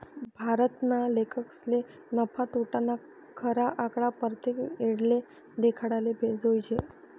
भारतना लेखकसले नफा, तोटाना खरा आकडा परतेक येळले देखाडाले जोयजे